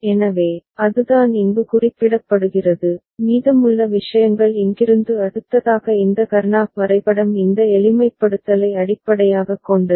எனவே அதுதான் இங்கு குறிப்பிடப்படுகிறது மீதமுள்ள விஷயங்கள் இங்கிருந்து அடுத்ததாக இந்த கர்னாக் வரைபடம் இந்த எளிமைப்படுத்தலை அடிப்படையாகக் கொண்டது